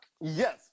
yes